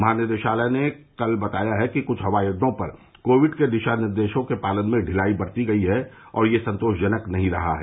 महानिदेशालय ने कल बताया है कि कुछ हवाई अड्डों पर कोविड के दिशा निर्देशों के पालन में ढिलाई बरती गई है और यह संतोषजनक नही रहा है